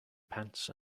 pants